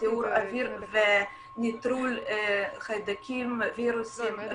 לטיהור אויר וניטרול חיידקים ווירוסים,